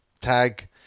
tag